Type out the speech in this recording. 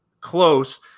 close